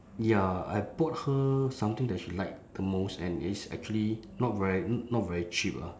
ya I bought her something that she like the most and it's actually not very not very cheap ah